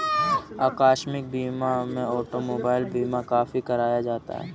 आकस्मिक बीमा में ऑटोमोबाइल बीमा काफी कराया जाता है